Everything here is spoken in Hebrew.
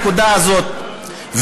היועץ המשפטי לממשלה היה ער לנקודה הזאת,